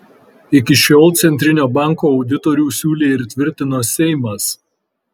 iki šiol centrinio banko auditorių siūlė ir tvirtino seimas